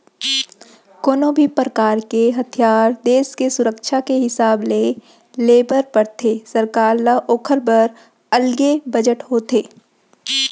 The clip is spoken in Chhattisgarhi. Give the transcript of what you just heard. कोनो भी परकार के हथियार देस के सुरक्छा के हिसाब ले ले बर परथे सरकार ल ओखर बर अलगे बजट होथे